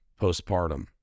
postpartum